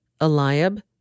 Eliab